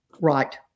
Right